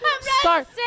start